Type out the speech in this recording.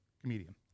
comedian